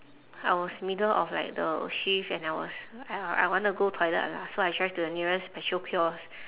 I was middle of like the shift and I was I I wanted to go toilet lah so I drive to the nearest petrol kiosk